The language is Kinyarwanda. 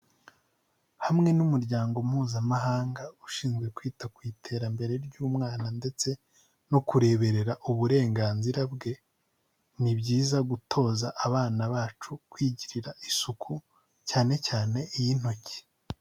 Hamwe n'umuryango mpuzamahanga ushinzwe kwita ku iterambere ry'umwana ndetse no kureberera uburenganzira bwe, ni byiza gutoza abana bacu kwigirira isuku cyane cyane iy'intoki.